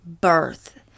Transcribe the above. birth